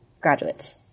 graduates